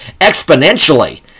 exponentially